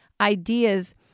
ideas